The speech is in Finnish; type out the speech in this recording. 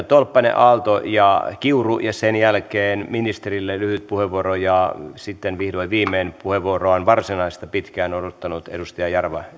tolppanen aalto ja kiuru ja sen jälkeen ministerille lyhyt puheenvuoro ja sitten vihdoin viimein varsinaista puheenvuoroaan pitkään odottanut edustaja jarva